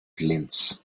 linz